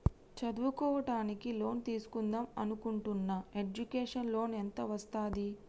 చదువుకోవడానికి లోన్ తీస్కుందాం అనుకుంటున్నా ఎడ్యుకేషన్ లోన్ ఎంత వస్తది?